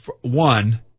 one